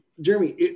Jeremy